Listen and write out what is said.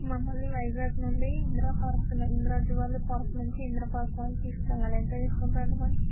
మమ్మల్ని వైజాగ్ నుండి Indra park Indra zoology park నుంచి ఇంద్ర వరకు పార్కకి తీసుకెళ్ళాలి ఎంత తీసుకుంటారు అండి మనీ